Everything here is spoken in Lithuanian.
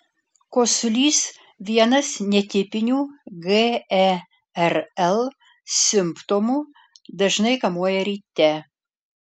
kosulys vienas netipinių gerl simptomų dažnai kamuoja ryte